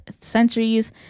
centuries